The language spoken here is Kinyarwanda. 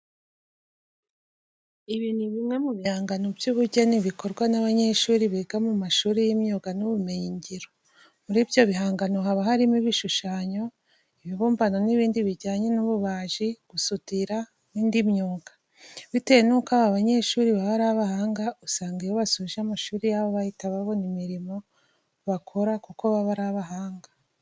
Ibi ni bimwe mu bihangano by'ubugeni bikorwa n'abanyeshuri biga mu mashuri y'imyuga n'ibumenyingiro. Muri ibyo bihangano haba harimo ibishushanyo, ibibumbano n'ibindi bijyanye n'ububaji, gusudira n'indi myuga. Bitewe nuko aba banyeshuri baba ari abahanga usanga iyo basoje amashuri yabo bahita babona imirimo bakora kuko baba ari abahanga.